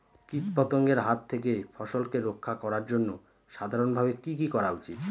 কীটপতঙ্গের হাত থেকে ফসলকে রক্ষা করার জন্য সাধারণভাবে কি কি করা উচিৎ?